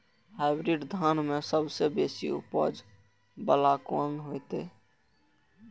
Hybrid धान में सबसे बेसी उपज बाला कोन हेते?